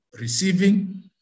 receiving